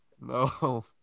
no